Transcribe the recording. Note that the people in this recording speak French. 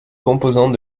composante